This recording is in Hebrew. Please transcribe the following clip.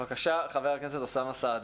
בבקשה, חבר הכנסת אוסאמה סעדי.